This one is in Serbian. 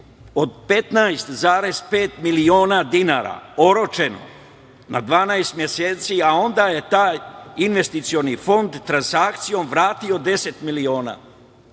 Od 15,5 miliona dinara, oročeno na 12 meseci, a onda je taj investicioni fond transakcijom vratio 10 miliona.